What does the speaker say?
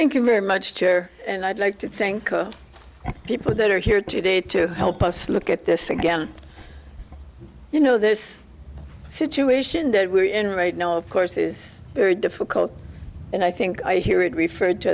you very much chair and i'd like to think people that are here today to help us look at this again you know this situation that we're in right now of course is very difficult and i think i hear it referred to